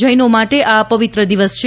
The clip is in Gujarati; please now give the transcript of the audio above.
જૈનો માટે આ પવિત્ર દિવસ છે